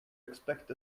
expect